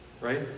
right